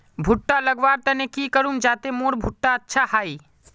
भुट्टा लगवार तने की करूम जाते मोर भुट्टा अच्छा हाई?